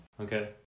Okay